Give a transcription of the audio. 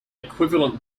equivalent